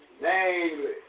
Namely